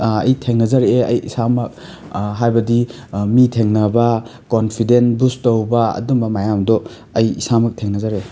ꯑꯩ ꯊꯦꯡꯅꯖꯔꯛꯑꯦ ꯑꯩ ꯏꯁꯥꯃꯛ ꯍꯥꯏꯕꯗꯤ ꯃꯤ ꯊꯦꯡꯅꯕ ꯀꯣꯟꯐꯤꯗꯦꯟ ꯕꯨꯁ ꯇꯧꯕ ꯑꯗꯨꯝꯕ ꯃꯌꯥꯝꯗꯣ ꯑꯩ ꯏꯁꯥꯃꯛ ꯊꯦꯡꯅꯖꯔꯛꯑꯦ